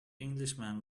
englishman